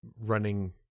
running